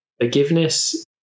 forgiveness